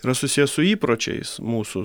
yra susiję su įpročiais mūsų